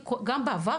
גם בעבר,